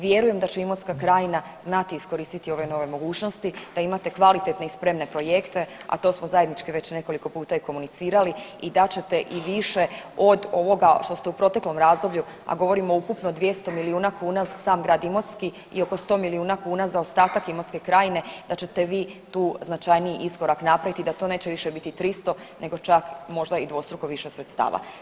Vjerujem da će Imotska krajina znati iskoristiti ove nove mogućnosti da imate kvalitetne i spremne projekte, a to smo zajednički već nekoliko puta i komunicirali i dat ćete i više od ovoga što ste u proteklom razdoblju, a govorimo o ukupno 200 milijuna kuna za sam grad Imotski i oko 100 milijuna kuna za ostatak Imotske krajine da ćete vi tu značajniji iskorak napraviti i da to neće više biti 300 nego čak možda i dvostruko više sredstava.